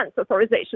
authorization